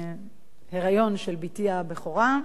בהיריון של בתי הבכורה תהל.